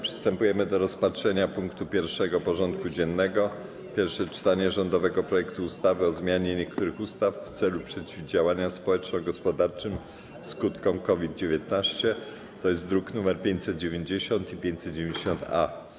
Przystępujemy do rozpatrzenia punktu 1. porządku dziennego: Pierwsze czytanie rządowego projektu ustawy o zmianie niektórych ustaw w celu przeciwdziałania społeczno-gospodarczym skutkom COVID-19 (druki nr 590 i 590-A)